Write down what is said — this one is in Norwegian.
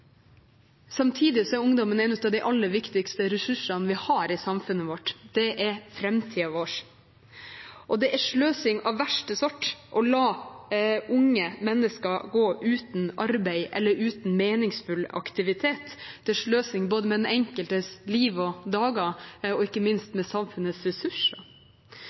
Samtidig er ungdommen en av de aller viktigste ressursene vi har i samfunnet vårt. Det er framtiden vår. Det er sløsing av verste sort å la unge mennesker gå uten arbeid eller uten meningsfull aktivitet – det er sløsing både med den enkeltes liv og dager og ikke minst med samfunnets ressurser.